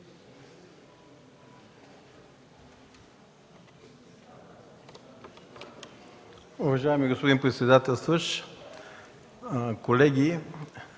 Уважаеми господин председателстващ, колеги!